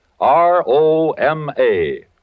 R-O-M-A